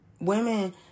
women